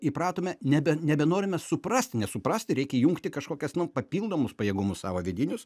įpratome nebe nebenorime suprasti nes suprasti reikia įjungti kažkokias nu papildomus pajėgumus savo vidinius